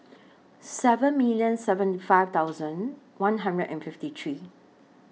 seven million seventy five thousand one hundred and fifty three